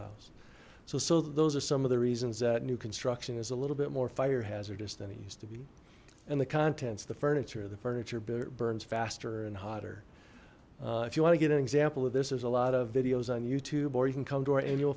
house so so those are some of the reasons that new construction is a little bit more fire hazardous than it used to be and the contents the furniture the furniture burns faster and hotter if you want to get an example of this there's a lot of videos on youtube or you can come to our annual